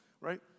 right